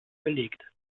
belegt